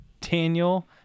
Daniel